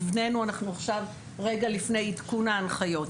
אנחנו עכשיו רגע לפני עדכון ההנחיות.